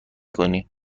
کنی